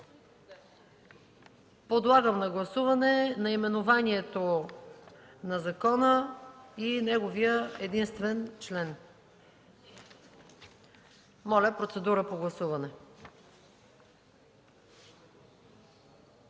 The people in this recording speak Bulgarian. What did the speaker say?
Подлагам на гласуване наименованието на закона и неговия единствен член. Моля, гласувайте.